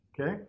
Okay